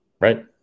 Right